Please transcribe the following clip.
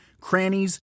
crannies